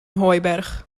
hooiberg